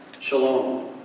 Shalom